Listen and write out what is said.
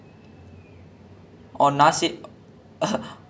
wait ah okay fine respectable choice nasi goreng is really delicious